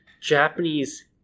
Japanese